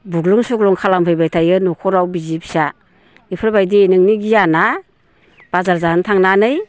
बुग्लुं सुग्लुं खालाम फैबाय थायो न'खराव बिसि फिसा एफोरबायदि नोंनि गियाना बाजार जानो थांनानै